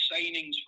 signings